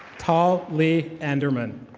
tal lee anderman.